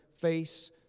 face